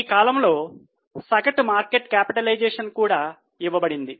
ఈ కాలంలో సగటు మార్కెట్ క్యాపిటలైజేషన్ కూడా ఇవ్వబడింది